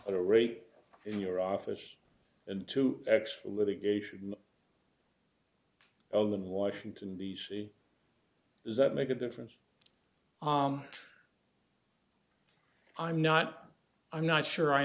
at a rate in your office and two x litigation of them washington d c does that make a difference i'm not i'm not sure i